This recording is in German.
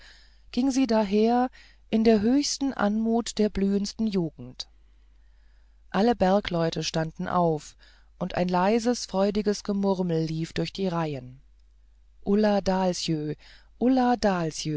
ging sie daher in der höchsten anmut der blühendsten jugend alle bergleute standen auf und ein leises freudiges gemurmel lief durch die reihen ulla dahlsjö ulla